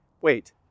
Wait